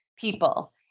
people